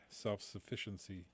self-sufficiency